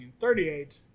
1938